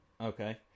Okay